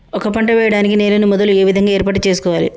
ఒక పంట వెయ్యడానికి నేలను మొదలు ఏ విధంగా ఏర్పాటు చేసుకోవాలి?